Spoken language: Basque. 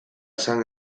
esan